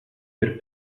per